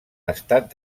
estat